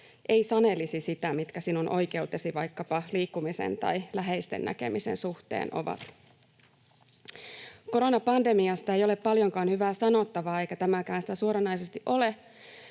ei sanelisi sitä, mitkä sinun oikeutesi vaikkapa liikkumisen tai läheisten näkemisen suhteen ovat. Koronapandemiasta ei ole paljonkaan hyvää sanottavaa, eikä tämäkään sitä suoranaisesti ole,